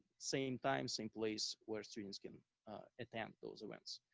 same time same place where students can attend those events.